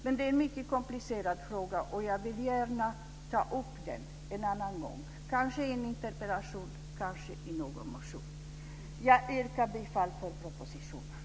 Men det är en mycket komplicerad fråga och jag vill gärna ta upp den en annan gång, kanske i en interpellation, kanske i någon motion. Jag yrkar bifall till propositionen.